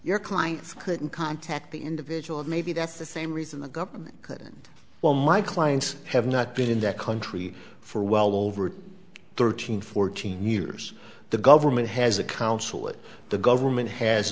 your clients couldn't contact the individual and maybe that's the same reason the government couldn't while my clients have not been in that country for well over thirteen fourteen years the government has a consulate the government has